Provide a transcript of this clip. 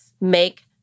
Make